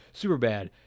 Superbad